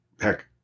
heck